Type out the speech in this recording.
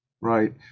right